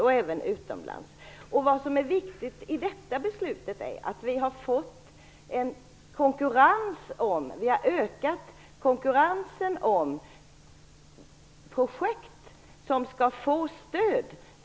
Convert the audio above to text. Det gäller även stiftelser utomlands. Det viktiga med det här beslutet är att vi har fått en ökad konkurrens om projekt som skall få stöd.